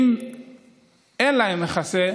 אם אין להם מחסה,